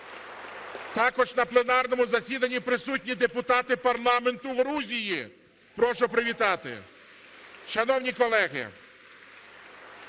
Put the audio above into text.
Також на пленарному засіданні присутні депутати парламенту Грузії. Прошу привітати. Шановні колеги,